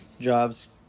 jobs